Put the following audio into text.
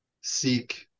seek